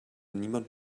niemand